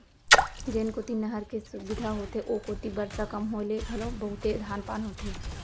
जेन कोती नहर के सुबिधा होथे ओ कोती बरसा कम होए ले घलो बहुते धान पान होथे